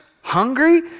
hungry